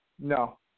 No